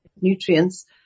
nutrients